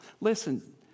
Listen